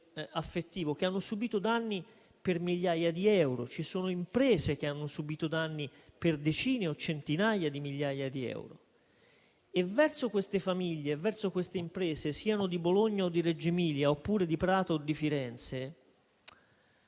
affettivo, che hanno subito danni per migliaia di euro, ci sono imprese che hanno subito danni per decine o centinaia di migliaia di euro. E verso quelle famiglie e verso quelle imprese, siano di Bologna o di Reggio-Emilia, oppure di Prato o di Firenze,